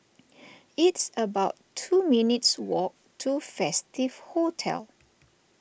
it's about two minutes' walk to Festive Hotel